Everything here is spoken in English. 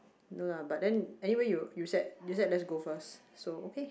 no lah but then anyway you you said you said let's go first so okay